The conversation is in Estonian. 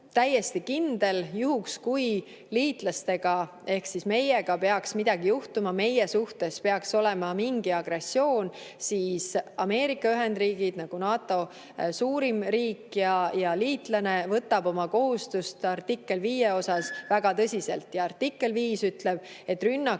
täiesti kindel. Juhuks kui liitlastega ehk meiega peaks midagi juhtuma, meie suhtes peaks toimuma mingi agressioon, siis Ameerika Ühendriigid nagu NATO suurim riik ja liitlane võtab oma artikkel viie kohustust väga tõsiselt. Artikkel viis ütleb, et rünnak